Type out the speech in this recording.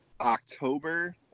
october